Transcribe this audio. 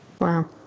Wow